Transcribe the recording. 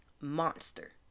monster